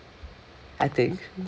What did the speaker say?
I think